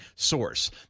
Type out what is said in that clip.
Source